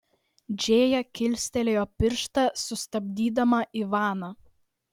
džėja kilstelėjo pirštą sustabdydama ivaną